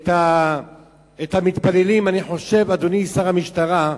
את המתפללים, אני חושב, אדוני שר המשטרה,